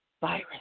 virus